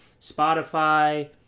Spotify